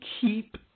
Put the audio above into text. keep